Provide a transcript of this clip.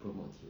promote you